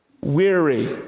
weary